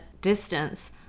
distance